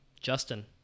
Justin